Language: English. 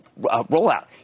rollout